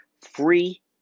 free